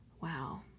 Wow